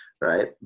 right